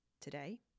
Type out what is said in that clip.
Today